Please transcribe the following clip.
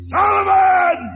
Solomon